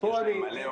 איל,